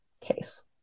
case